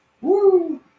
Woo